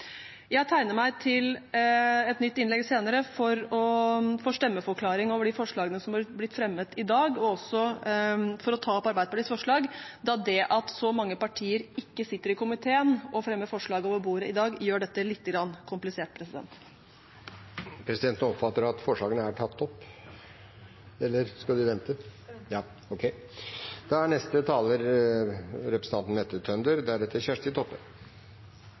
Jeg tegner meg til et nytt innlegg senere for stemmeforklaring over de forslagene som er blitt fremmet i dag, og også for å ta opp Arbeiderpartiets forslag, da det at så mange partier ikke sitter i komiteen og fremmer forslag over bordet i dag, gjør dette lite grann komplisert. Dette representantforslaget foreslår at vi skal lage enda en ny handlingsplan for LHBTI-personer. Det er litt som å slå inn åpne dører, og det sa representanten